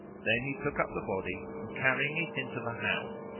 then he took up the body and, carrying it into the house,